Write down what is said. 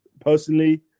Personally